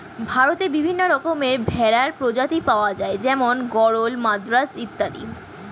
ভারতে বিভিন্ন রকমের ভেড়ার প্রজাতি পাওয়া যায় যেমন গরল, মাদ্রাজ অত্যাদি